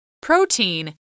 Protein